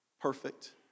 perfect